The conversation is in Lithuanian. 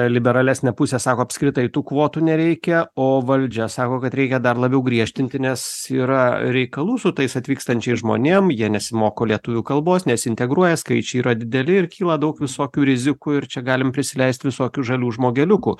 liberalesnė pusė sako apskritai tų kvotų nereikia o valdžia sako kad reikia dar labiau griežtinti nes yra reikalų su tais atvykstančiais žmonėm jie nesimoko lietuvių kalbos nesiintegruoja skaičiai yra dideli ir kyla daug visokių rizikų ir čia galim prisileisti visokių žalių žmogeliukų